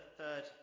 third